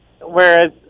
Whereas